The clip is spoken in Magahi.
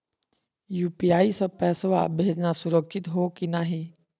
यू.पी.आई स पैसवा भेजना सुरक्षित हो की नाहीं?